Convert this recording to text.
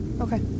Okay